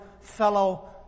fellow